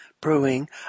brewing